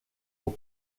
aux